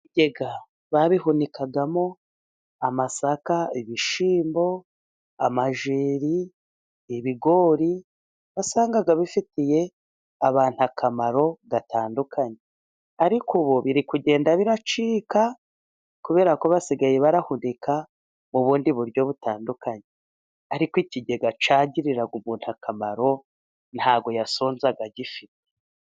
Ibibigega babihunikagamo amasaka, ibishyimbo, amajeri, ibigori; wasangaga bifitiye abantu akamaro gatandukanye, ariko ubu biri kugenda bicika kubera ko basigaye barahunika mu bundi buryo butandukanye, ariko ikigega cyagiriraga umuntu akamaro, ntabwo yasonzaga agifite.